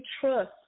trust